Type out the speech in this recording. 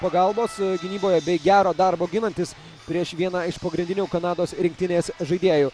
pagalbos gynyboje bei gero darbo ginantis prieš vieną iš pagrindinių kanados rinktinės žaidėjų